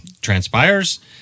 transpires